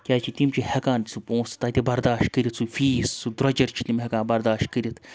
کیٛازِکہِ تِم چھِ ہیٚکان سُہ پونٛسہٕ تَتہِ بَرداش کٔرِتھ سُہ فیٖس سُہ دروجر چھِ تِم ہیکان بَرداش کٔرِتھ